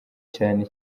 cyane